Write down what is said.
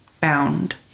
bound